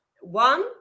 One